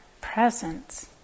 presence